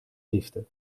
liefde